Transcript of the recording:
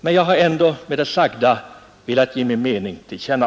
Men jag har ändå med det sagda velat ge min mening till känna.